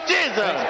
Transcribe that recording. Jesus